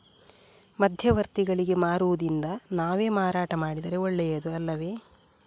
ಮಧ್ಯವರ್ತಿಗಳಿಗೆ ಮಾರುವುದಿಂದ ನಾವೇ ಮಾರಾಟ ಮಾಡಿದರೆ ಒಳ್ಳೆಯದು ಅಲ್ಲವೇ?